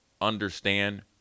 understand